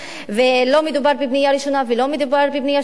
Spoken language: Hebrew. ולא מדובר בפנייה ראשונה ולא מדובר בפנייה שנייה,